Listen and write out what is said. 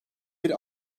bir